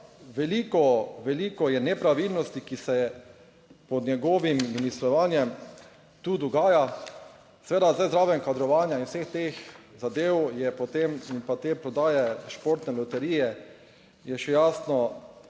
veliko je nepravilnosti, ki se pod njegovim ministrovanjem tu dogaja. Seveda zdaj zraven kadrovanja in vseh teh zadev je potem, in pa te prodaje Športne loterije, je še jasno,